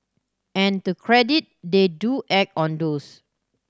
and to credit they do act on those